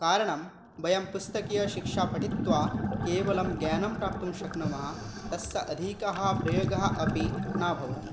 कारणं वयं पुस्तकीयशिक्षां पठित्वा केवलं ज्ञानं प्राप्तुं शक्नुमः तस्य अधिकः प्रयोगः अपि न भवति